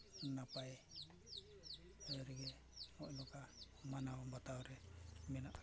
ᱱᱟᱯᱟᱭ ᱨᱮᱜᱮ ᱱᱚᱜᱼᱚᱭ ᱱᱚᱝᱠᱟ ᱢᱟᱱᱟᱣ ᱵᱟᱛᱟᱣ ᱨᱮ ᱢᱮᱱᱟᱜᱼᱟ